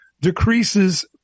decreases